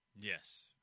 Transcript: Yes